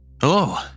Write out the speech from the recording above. Hello